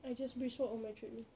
I just bridge out on my treadmill